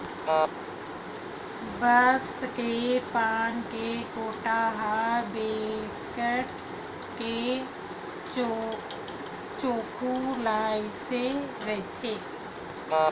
बांस के पाना के कोटा ह बिकट के चोक्खू अइसने रहिथे